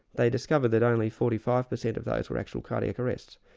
they discovered that only forty five percent of those were actual cardiac arrests,